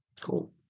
Cool